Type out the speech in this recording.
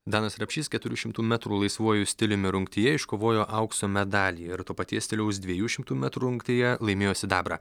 danas rapšys keturių šimtų metrų laisvuoju stiliumi rungtyje iškovojo aukso medalį ir to paties stiliaus dviejų šimtų metrų rungtyje laimėjo sidabrą